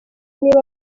niba